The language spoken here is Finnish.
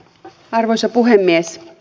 arvoisa puhemies